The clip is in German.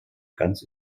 ganz